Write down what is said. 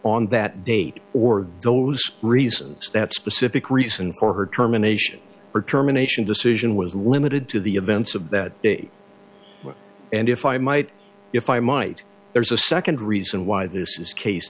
on that date or those reasons that specific reason for her terminations or terminations decision was limited to the events of that day and if i might if i might there's a second reason why this is case